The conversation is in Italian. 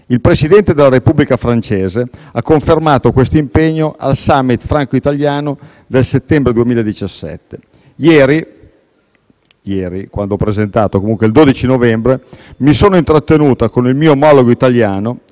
Il Presidente della Repubblica (francese) ha confermato questo impegno al summit franco-italiano del settembre 2017. Ieri (il 12 novembre) mi sono intrattenuta con il mio omologo italiano.